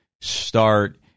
start